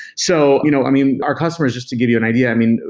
so you know i mean, our customers just to give you an idea, i mean,